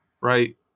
right